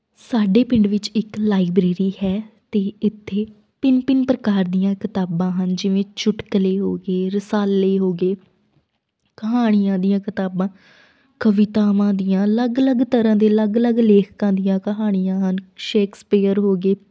ਸਾਡੇ ਪਿੰਡ ਵਿੱਚ ਇੱਕ ਲਾਈਬ੍ਰੇਰੀ ਹੈ ਅਤੇ ਇੱਥੇ ਭਿੰਨ ਭਿੰਨ ਪ੍ਰਕਾਰ ਦੀਆਂ ਕਿਤਾਬਾਂ ਹਨ ਜਿਵੇਂ ਚੁਟਕਲੇ ਹੋ ਗਏ ਰਸਾਲੇ ਹੋ ਗਏ ਕਹਾਣੀਆਂ ਦੀਆਂ ਕਿਤਾਬਾਂ ਕਵਿਤਾਵਾਂ ਦੀਆਂ ਅਲੱਗ ਅਲੱਗ ਤਰ੍ਹਾਂ ਦੇ ਅਲੱਗ ਅਲੱਗ ਲੇਖਕਾਂ ਦੀਆਂ ਕਹਾਣੀਆਂ ਹਨ ਸ਼ੇਕਸਪੀਅਰ ਹੋ ਗਏ